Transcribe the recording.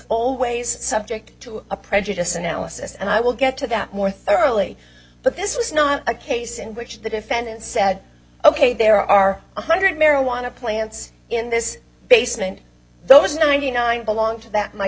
always subject to a prejudice analysis and i will get to that more thoroughly but this was not a case in which the defendant said ok there are one hundred marijuana plants in this basin and those ninety nine belong to that my